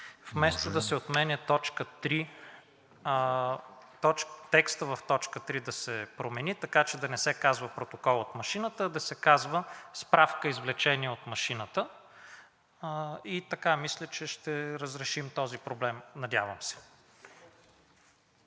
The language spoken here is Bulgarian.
Вместо да се отменя т. 3, текстът в т. 3 да се промени, така че да не се казва „протокол от машината“, а да се казва „справка-извлечение от машината“. Така мисля, че ще разрешим този проблем, надявам се.